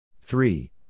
Three